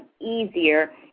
easier